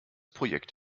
projekt